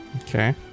Okay